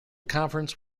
conference